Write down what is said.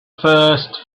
first